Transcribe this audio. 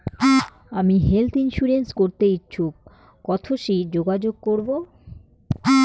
আমি health insurance করতে ইচ্ছুক কথসি যোগাযোগ করবো?